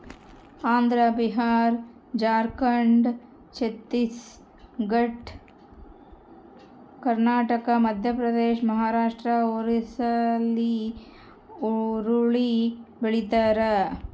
Andhra Bihar Jharkhand Chhattisgarh Karnataka Madhya Pradesh Maharashtra ಒರಿಸ್ಸಾಲ್ಲಿ ಹುರುಳಿ ಬೆಳಿತಾರ